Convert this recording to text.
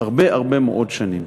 הרבה מאוד שנים.